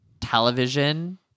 television